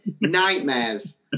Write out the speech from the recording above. nightmares